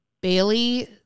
Bailey